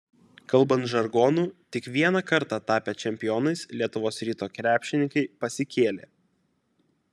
kalbant žargonu tik vieną kartą tapę čempionais lietuvos ryto krepšininkai pasikėlė